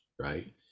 right